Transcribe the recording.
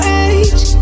age